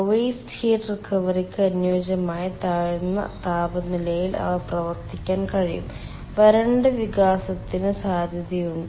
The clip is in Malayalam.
വേസ്റ്റ് ഹീറ്റ് റിക്കവറിക്ക് അനുയോജ്യമായ താഴ്ന്ന താപനിലയിൽ അവ പ്രവർത്തിക്കാൻ കഴിയും വരണ്ട വികാസത്തിന് സാധ്യതയുണ്ട്